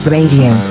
Radio